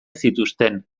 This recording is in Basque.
zituzten